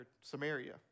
Samaria